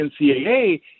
NCAA